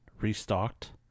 restocked